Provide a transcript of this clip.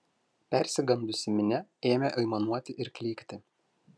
persigandusi minia ėmė aimanuoti ir klykti